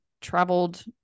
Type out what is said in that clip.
traveled